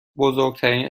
بزرگترین